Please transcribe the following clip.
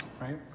right